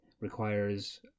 requires